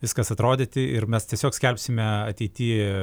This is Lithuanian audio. viskas atrodyti ir mes tiesiog skelbsime ateity